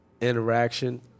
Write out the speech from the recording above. interaction